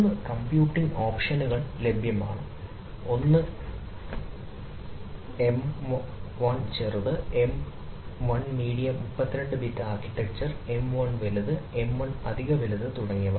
മൂന്ന് കമ്പ്യൂട്ടിംഗ് ഓപ്ഷനുകൾ ലഭ്യമാണ് ഒന്ന് എം 1 ചെറുത് M 1 medium 32 bit architecture M 1 വലുത് എം 1 അധിക വലുത് തുടങ്ങിയവ